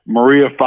Maria